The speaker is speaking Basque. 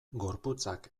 gorputzak